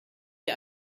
die